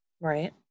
Right